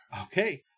Okay